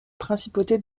principauté